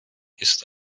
ist